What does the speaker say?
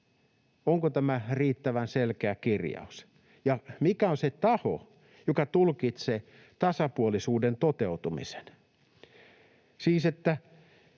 Onko tämä riittävän selkeä kirjaus? Ja mikä on se taho, joka tulkitsee tasapuolisuuden toteutumisen, siis: